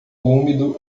úmido